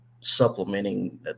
supplementing